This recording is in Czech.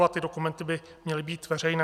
A ty dokumenty by měly být veřejné.